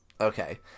Okay